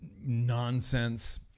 nonsense